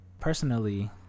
personally